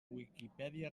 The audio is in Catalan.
viquipèdia